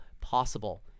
possible